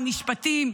משפטים,